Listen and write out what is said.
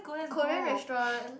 Korean restaurant